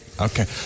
Okay